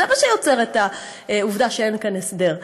זה מה שיוצר את העובדה שאין כאן הסדר.